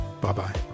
Bye-bye